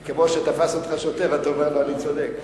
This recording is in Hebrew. אתה צודק,